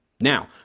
now